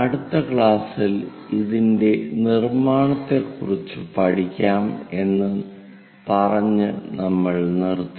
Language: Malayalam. അടുത്ത ക്ലാസിൽ ഇതിന്റെ നിർമ്മാണത്തെക്കുറിച്ച് പഠിക്കാം എന്ന് പറഞ്ഞു നമ്മൾ നിർത്തി